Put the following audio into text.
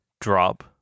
drop